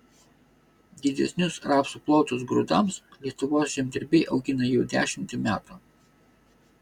didesnius rapsų plotus grūdams lietuvos žemdirbiai augina jau dešimtį metų